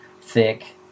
thick